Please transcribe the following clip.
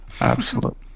absolute